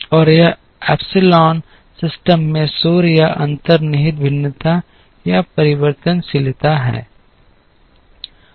और यह epsilon system में शोर या अंतर्निहित भिन्नता या परिवर्तनशीलता है